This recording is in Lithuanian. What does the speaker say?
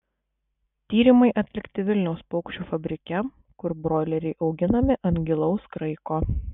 tyrimai atlikti vilniaus paukščių fabrike kur broileriai auginami ant gilaus kraiko